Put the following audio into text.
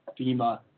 fema